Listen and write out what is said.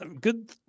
good